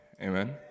Amen